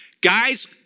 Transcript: Guys